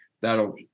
that'll